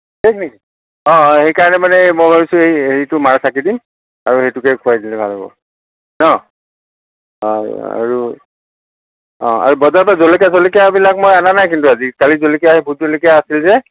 অ' অ' সেইকাৰণে মানে মই ভাবিছো এই হেৰিটো মাৰ চাকি দিম আৰু সেইটোকে খোৱাই দিলে ভাল হ'ব ন বাৰু আৰু অ' আৰু বজাৰৰ পৰা জলকীয়া চলকীয়াবিলাক মই আনা নাই কিন্তু আজি কালিৰ জলকীয়া ভোটজলকীয়া আছিল যে